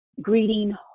Greeting